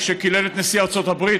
כשקילל את נשיא ארצות הברית,